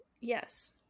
yes